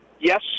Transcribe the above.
yes